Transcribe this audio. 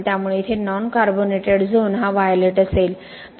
त्यामुळे येथे non carbonated zone हा व्हायलेट असेल